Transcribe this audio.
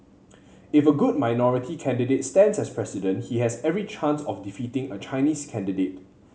if a good minority candidate stands as President he has every chance of defeating a Chinese candidate